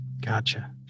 Gotcha